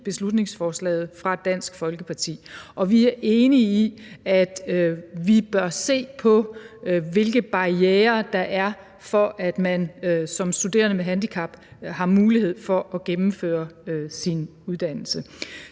beslutningsforslaget fra Dansk Folkeparti. Og vi er enige i, at vi bør se på, hvilke barrierer der er for, at man som studerende med handicap ikke har mulighed for at gennemføre sin uddannelse.